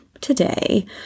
today